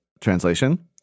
Translation